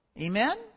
Amen